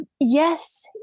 yes